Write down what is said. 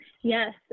yes